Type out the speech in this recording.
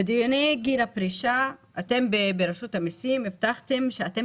בדיוני גיל הפרישה רשות המסים הבטיחה שאתם